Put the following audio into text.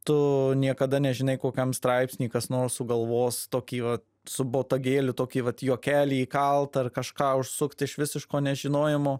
tu niekada nežinai kokiam straipsny kas nors sugalvos tokį vat su botagėliu tokį vat juokelį įkalt ar kažką užsukt iš visiško nežinojimo